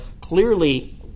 clearly